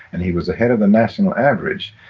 and he was ahead of the national average.